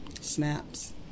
Snaps